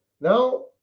now